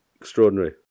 extraordinary